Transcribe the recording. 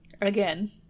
Again